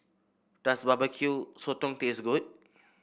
does Barbecue Sotong taste good